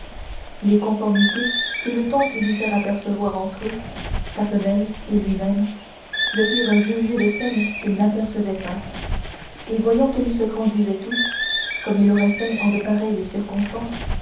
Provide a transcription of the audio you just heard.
les conformités que le temps put lui faire apercevoir entre eux sa femelle et lui-même le firent juger de celles qu'il n'apercevait pas et voyant qu'ils se conduisaient tous comme il aurait fait en de pareilles circonstances